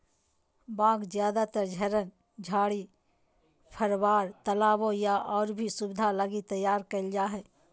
बाग ज्यादातर झरन, झाड़ी, फव्वार, तालाबो या और भी सुविधा लगी तैयार करल जा हइ